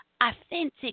authentic